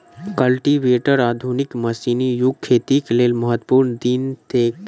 cultivator आधुनिक मशीनी युगक खेतीक लेल महत्वपूर्ण देन थिक